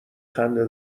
خنده